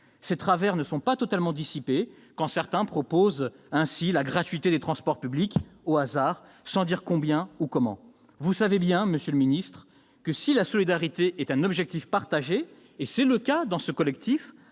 Ces travers ne sont pas totalement dissipés quand certains proposent ainsi la gratuité des transports publics, au hasard, sans dire combien ou comment ! Vous le savez bien, monsieur le ministre, si la solidarité est un objectif partagé, ce qui est le cas dans ce collectif